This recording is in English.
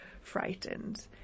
frightened